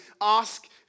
ask